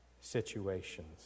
situations